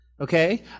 okay